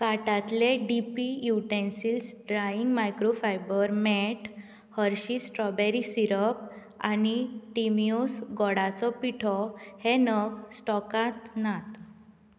कार्टांतले D P utensils drawing microfibre mat Hershey's strawberry syrup आनी Timios गोडाचो पिठो हे नग स्टॉकांत नात